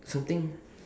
something